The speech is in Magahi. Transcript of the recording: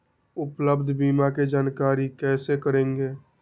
उपलब्ध बीमा के जानकारी कैसे करेगे?